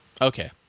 Okay